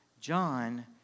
John